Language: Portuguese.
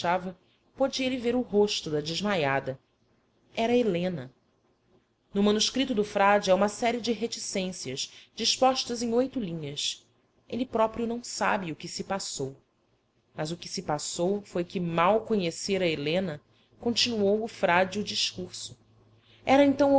a turba deixava pôde ele ver o rosto da desmaiada era helena no manuscrito do frade há uma série de reticências dispostas em oito linhas ele próprio não sabe o que se passou mas o que se passou foi que mal conhecera helena continuou o frade o discurso era então